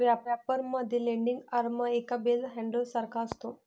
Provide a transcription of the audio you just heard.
wrapper मध्ये landing arm एका bell handler सारखा असतो